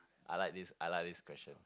I like this I like this question